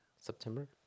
September